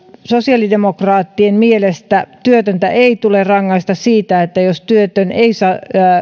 sosiaalidemokraattien mielestä työtöntä ei tule rangaista siitä jos työtön ei saa